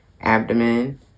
abdomen